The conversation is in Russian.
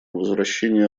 возвращению